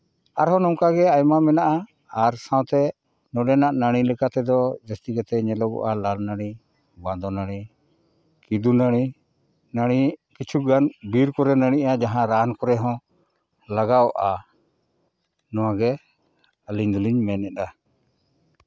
ᱟᱨ ᱦᱚᱸ ᱱᱚᱝᱠᱟ ᱜᱮ ᱟᱭᱢᱟ ᱢᱮᱱᱟᱜᱼᱟ ᱟᱨ ᱥᱟᱶᱛᱮ ᱱᱚᱰᱮᱱᱟᱜ ᱱᱟᱹᱲᱤ ᱞᱮᱠᱟ ᱛᱮᱫᱚ ᱡᱟᱹᱥᱛᱤ ᱠᱟᱛᱮ ᱧᱮᱞᱚᱜᱼᱟ ᱞᱟᱲ ᱱᱟᱹᱲᱤ ᱵᱟᱸᱫᱳ ᱱᱟᱹᱲᱤ ᱠᱤᱫᱩ ᱱᱟᱹᱲᱤ ᱱᱟᱹᱲᱤ ᱠᱤᱪᱷᱩ ᱜᱟᱱ ᱵᱤᱨ ᱠᱚᱨᱮᱜ ᱱᱟᱹᱲᱤᱜᱼᱟ ᱡᱟᱦᱟᱸ ᱨᱟᱱ ᱠᱚᱨᱮ ᱦᱚᱱ ᱞᱟᱜᱟᱣᱜᱼᱟ ᱱᱚᱣᱟ ᱜᱮ ᱟᱹᱞᱤᱧ ᱫᱚᱞᱤᱧ ᱢᱮᱱ ᱮᱫᱟ